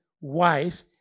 wife